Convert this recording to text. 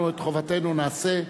אנחנו את חובתנו נעשה.